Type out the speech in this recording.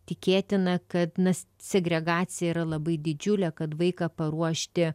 tikėtina kad na segregacija yra labai didžiulė kad vaiką paruošti